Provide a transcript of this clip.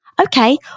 Okay